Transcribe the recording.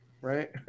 right